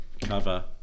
cover